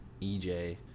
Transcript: EJ